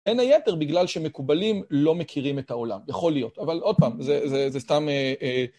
בין היתר, בגלל שמקובלים לא מכירים את העולם, יכול להיות, אבל עוד פעם, זה סתם...